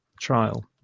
trial